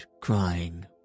crying